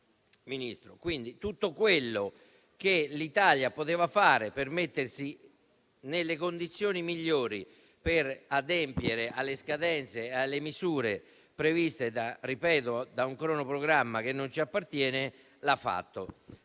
Quindi tutto quello che l'Italia poteva fare, per mettersi nelle condizioni migliori per adempiere alle scadenze e alle misure previste - ripeto - da un cronoprogramma che non ci appartiene, l'ha fatto.